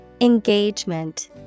Engagement